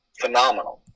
Phenomenal